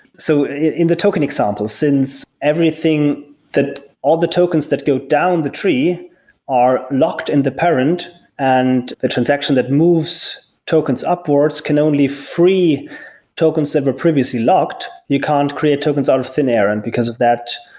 so in the token example, since everything that all the tokens that go down the tree are locked in the parent and the transaction that moves tokens upwards can only free tokens that were previously locked. you can't create tokens out of thin air, and because of that,